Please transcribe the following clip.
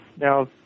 Now